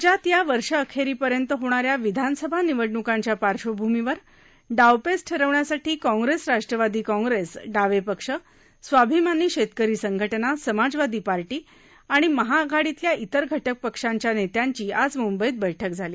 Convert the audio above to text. राज्यात या वर्षअखेरीपर्यंत होणाऱ्या विधानसभा निवडणुकांच्या पार्श्वभूमीवर डावपेच ठरवण्यासाठी काँग्रेस राष्ट्रवादी काँग्रेस डावे पक्ष स्वाभिमानी शेतकरी संघटना समाजवादी पार्टी आणि महाआघाडीतल्या इतर घटक पक्षांच्या नेत्यांची आज मुंबईत बैठक झाली